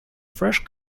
fresh